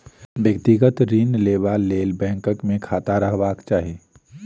व्यक्तिगत ऋण लेबा लेल बैंक मे खाता रहबाक चाही